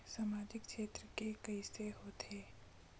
सामजिक क्षेत्र के कइसे होथे?